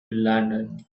london